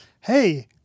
hey